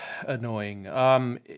annoying